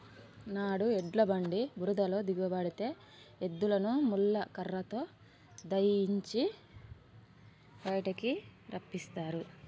నాడు ఎడ్ల బండి బురదలో దిగబడితే ఎద్దులని ముళ్ళ కర్రతో దయియించి బయటికి రప్పిస్తారు